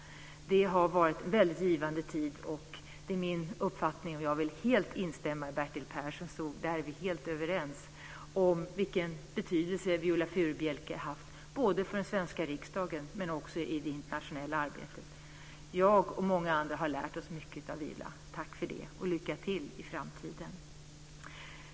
Det har varit en väldigt givande tid, det är min uppfattning. Jag vill helt instämma i Bertil Perssons ord, där är vi helt överens, om vilken betydelse Viola Furubjelke har haft för den svenska riksdagen men också i det internationella arbetet. Jag och många andra har lärt mycket av Viola. Tack för det och lycka till i framtiden!